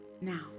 now